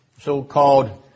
so-called